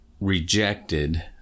rejected